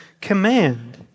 command